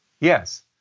Yes